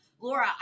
Laura